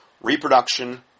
reproduction